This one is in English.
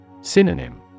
Synonym